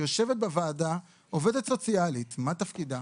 יושבת בוועדה עובדת סוציאלית, מה תפקידה?